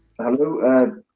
Hello